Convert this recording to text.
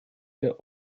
der